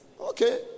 Okay